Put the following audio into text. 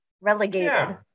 relegated